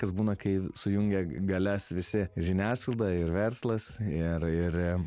kas būna kai sujungia galias visi žiniasklaida ir verslas ir ir